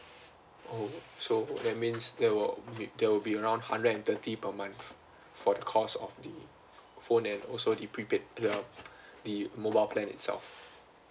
oh so that means that will be that will be around hundred and thirty per month for the cost of the phone and also the prepaid the the mobile plan itself